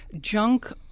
junk